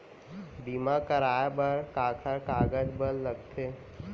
बीमा कराय बर काखर कागज बर लगथे?